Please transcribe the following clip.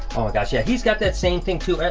oh my gosh, yeah he's got that same thing too,